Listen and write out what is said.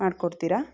ಮಾಡಿಕೊಡ್ತೀರಾ